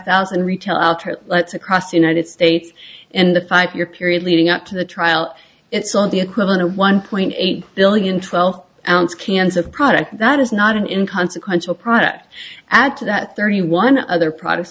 thousand retail outlets across the united states and the five year period leading up to the trial it's on the equivalent of one point eight billion twelve ounce cans of product that is not an income sequential product add to that thirty one other products